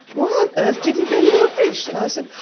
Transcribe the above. why on earth did he bring you a fish? and i said,